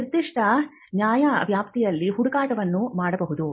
ನಿರ್ದಿಷ್ಟ ನ್ಯಾಯವ್ಯಾಪ್ತಿಯಲ್ಲಿ ಹುಡುಕಾಟವನ್ನು ಮಾಡಬಹುದು